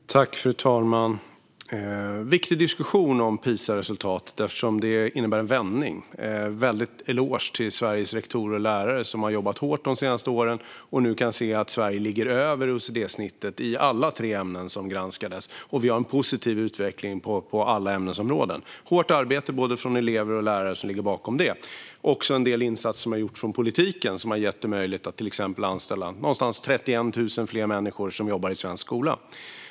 Fru talman! Det är en viktig diskussion om PISA-resultatet, eftersom detta innebär en vändning. Sveriges rektorer och lärare ska ha en eloge som har jobbat hårt de senaste åren och nu kan se att Sverige ligger över OECD-snittet i alla tre ämnen som granskades, och vi har en positiv utveckling på alla ämnesområden. Det är ett hårt arbete från både elever och lärare som ligger bakom detta. Det har också gjorts en del insatser från politiken som har gjort det möjligt att till exempel anställa omkring 31 000 fler människor som jobbar i svensk skola.